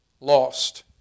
lost